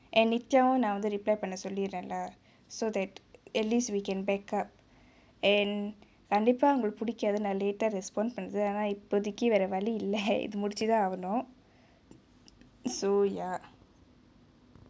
and nithiyaa வே நா வந்து:vae naa vanthu reply பண்ண சொல்லிர்ரேலா:panna sollirraelaa so that at least we can backup and கண்டிப்பா அவங்களுக்கு புடிக்காது நா:kandippa avangaluku pudikaathu naa late டா:taa response பண்றது ஆனா இப்போதிக்கு வேற வழி இல்லே இத முடிச்சுதா ஆகனும்:panrathu aana ipothikku vera vali illae ithu mudichuthaa aagenum so ya